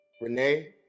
Renee